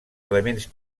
elements